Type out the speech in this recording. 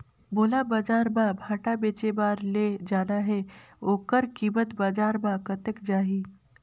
मोला बजार मां भांटा बेचे बार ले जाना हे ओकर कीमत बजार मां कतेक जाही?